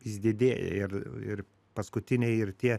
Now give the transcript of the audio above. jis didėja ir ir paskutiniai ir tie